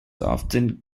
often